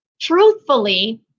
truthfully